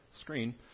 screen